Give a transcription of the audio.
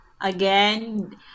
again